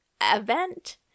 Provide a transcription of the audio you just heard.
event